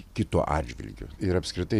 kito atžvilgiu ir apskritai